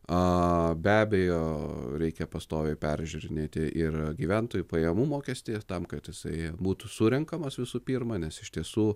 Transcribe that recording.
a be abejo reikia pastoviai peržiūrinėti ir gyventojų pajamų mokestį tam kad jisai būtų surenkamas visų pirma nes iš tiesų